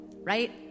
right